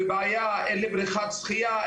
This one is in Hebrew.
אין לי בריכת שחייה,